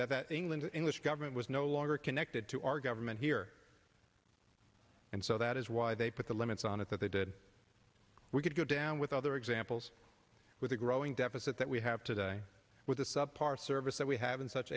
that that england english government was no longer connected to our government here and so that is why they put the limits on it that they did we could go down with other examples with the growing deficit that we have today with the sub par service that we have in such